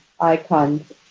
icons